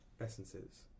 essences